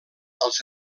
als